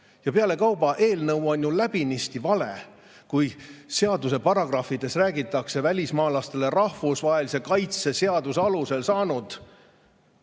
Pealekauba, eelnõu on ju läbinisti vale. Kui seaduse paragrahvides räägitakse välismaalastele rahvusvahelise kaitse seaduse alusel